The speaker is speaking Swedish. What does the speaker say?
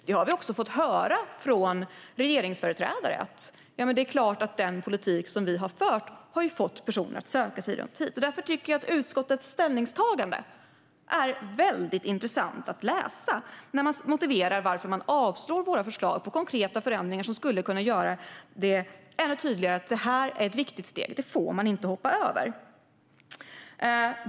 Det har vi också fått höra från regeringsföreträdare: Det är klart att den politik som vi har fört har fått personer att söka sig hit. Därför tycker jag att det är väldigt intressant att läsa utskottets ställningstagande, där man motiverar varför man avslår våra förslag till konkreta förändringar som skulle kunna göra det ännu tydligare att detta är ett viktigt steg som man inte får hoppa över.